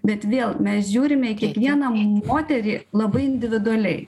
bet vėl mes žiūrime į kiekvieną moterį labai individualiai